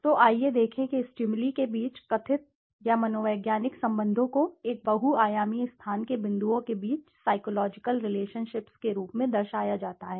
तो आइए देखें कि स्टिमुली के बीच कथित या मनोवैज्ञानिक संबंधों को एक बहुआयामी स्थान के बिंदुओं के बीच साइकोलॉजिकल रिलेशनशिप्स के रूप में दर्शाया जाता है